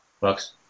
Bucks